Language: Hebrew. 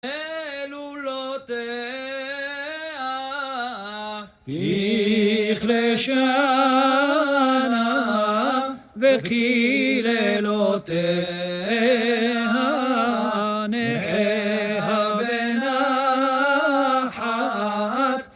אלולותיה, תכלה שנה וקללותיה, נחה בנחת.